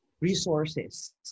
resources